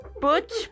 Butch